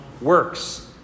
works